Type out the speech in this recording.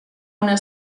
una